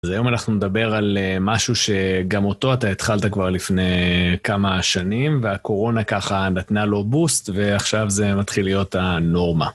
אז היום אנחנו נדבר על משהו שגם אותו אתה התחלת כבר לפני כמה שנים, והקורונה ככה נתנה לו בוסט, ועכשיו זה מתחיל להיות הנורמה.